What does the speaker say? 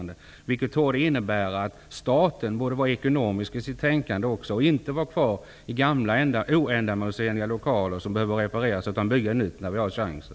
Det torde innebära att staten skall vara ekonomisk i sitt tänkande. Man bör inte vara kvar i gamla, oändamålsenliga lokaler som behöver repareras. Man bör bygga nytt när man har chansen.